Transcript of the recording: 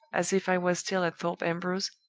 as if i was still at thorpe ambrose,